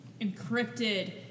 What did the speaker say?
encrypted